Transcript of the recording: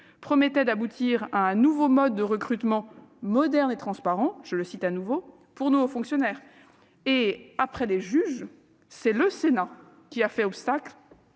promettait d'aboutir à un nouveau mode de recrutement « moderne et transparent » pour nos hauts fonctionnaires. Après les juges, c'est le Sénat qui a fait obstacle